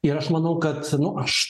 ir aš manau kad aš